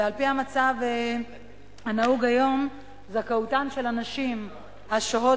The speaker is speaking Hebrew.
ועל-פי המצב הנהוג היום זכאותן של הנשים השוהות